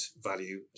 value